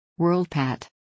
WorldPAT